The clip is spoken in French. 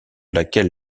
laquelle